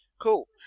cool